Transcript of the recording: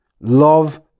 love